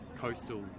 coastal